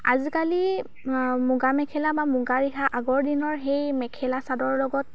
আজিকালি মুগা মেখেলা বা মুগা ৰিহা আগৰ দিনৰ সেই মেখেলা চাদৰৰ লগত